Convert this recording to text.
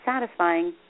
satisfying